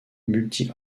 multi